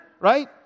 right